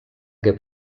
que